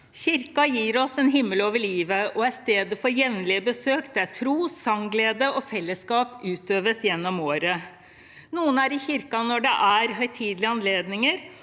Kirken gir oss en himmel over livet og er stedet for jevnlige besøk der tro, sangglede og fellesskap utøves gjennom året. Noen er i kirken når det er høytidelige anledninger,